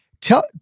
Tell